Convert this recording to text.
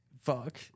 Fuck